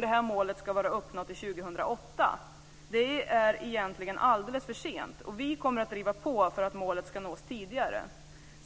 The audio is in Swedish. Det målet ska vara uppnått till 2008. Det är egentligen alldeles för sent. Vi kommer att driva på för att målet ska nås tidigare.